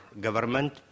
government